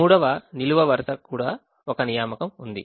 3వ నిలువు వరుసకు కూడా ఒక నియామకం ఉంది